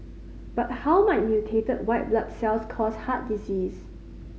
but how might mutated white blood cells cause heart disease